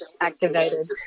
activated